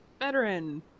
veteran